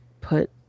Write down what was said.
put